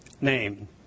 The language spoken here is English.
name